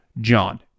JOHN